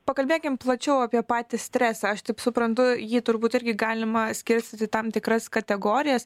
pakalbėkim plačiau apie patį stresą aš taip suprantu jį turbūt irgi galima skirstyti tam tikras kategorijas